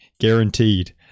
guaranteed